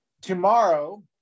tomorrow